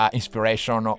inspiration